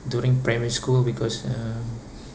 during primary school because uh